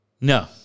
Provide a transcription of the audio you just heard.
no